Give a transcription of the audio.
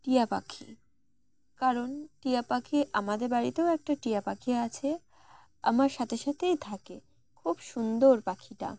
টিয়া পাখি কারণ টিয়া পাখি আমাদের বাড়িতেও একটা টিয়া পাখি আছে আমার সাথে সাথেই থাকে খুব সুন্দর পাখিটা